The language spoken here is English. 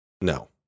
No